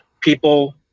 people